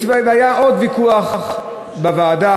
והיה עוד ויכוח בוועדה,